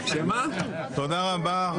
חברים, תודה רבה.